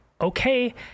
okay